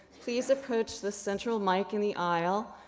please approach the central mic in the aisle.